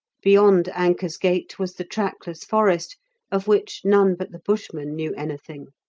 beyond anker's gate was the trackless forest of which none but the bushmen knew anything.